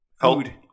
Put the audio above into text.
Food